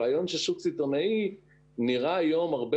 הרעיון של שוק סיטונאי נראה היום הרבה